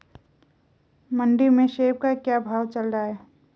मंडी में सेब का क्या भाव चल रहा है?